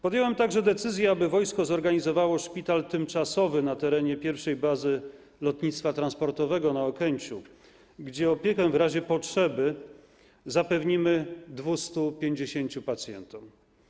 Podjąłem także decyzję, aby wojsko zorganizowało szpital tymczasowy na terenie 1. Bazy Lotnictwa Transportowego na Okęciu, gdzie opiekę w razie potrzeby zapewnimy 250 pacjentom.